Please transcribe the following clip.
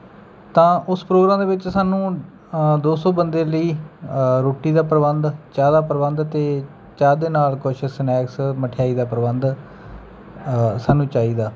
ਤਾਂ ਉਸ ਪ੍ਰੋਗਰਾਮ ਦੇ ਵਿੱਚ ਸਾਨੂੰ ਦੋ ਸੌ ਬੰਦੇ ਲਈ ਰੋਟੀ ਦਾ ਪ੍ਰਬੰਧ ਚਾਹ ਦਾ ਪ੍ਰਬੰਧ ਅਤੇ ਚਾਹ ਦੇ ਨਾਲ ਕੁਛ ਸਨੈਕਸ ਮਿਠਆਈ ਦਾ ਪ੍ਰਬੰਧ ਸਾਨੂੰ ਚਾਹੀਦਾ